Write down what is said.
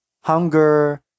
hunger